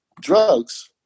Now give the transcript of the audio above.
drugs